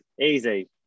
Easy